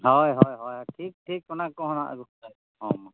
ᱦᱚᱭ ᱦᱚᱭ ᱦᱚᱭ ᱴᱷᱤᱠ ᱴᱷᱤᱠ ᱚᱱᱟᱠᱚ ᱱᱟᱦᱟᱜ ᱦᱮᱸ